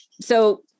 So-